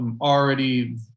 already